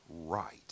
right